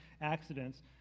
accidents